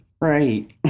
right